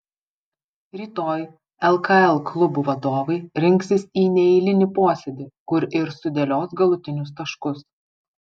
rytoj lkl klubų vadovai rinksis į neeilinį posėdį kur ir sudėlios galutinius taškus